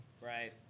Right